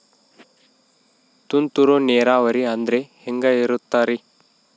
ತುಂತುರು ನೇರಾವರಿ ಅಂದ್ರೆ ಹೆಂಗೆ ಇರುತ್ತರಿ?